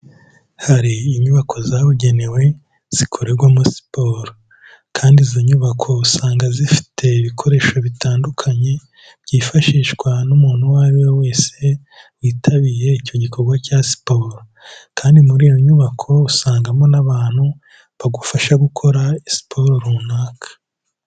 Hari inyubako zabugenewe zikorerwamo siporo kandi izo nyubako usanga zifite ibikoresho bitandukanye byifashishwa n'umuntu uwo ari we wese witabiye icyo gikorwa cya siporo kandi muri iyo nyubako usangamo n'abantu bagufasha gukora siporo runaka.